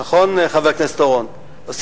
חבר הכנסת אורון, נכון?